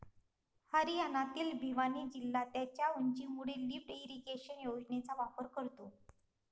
हरियाणातील भिवानी जिल्हा त्याच्या उंचीमुळे लिफ्ट इरिगेशन योजनेचा वापर करतो